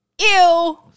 ew